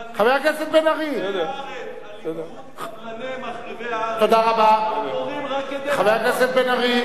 מחריבי הארץ, רק כדי להרוס, חבר הכנסת בן-ארי,